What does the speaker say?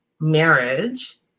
marriage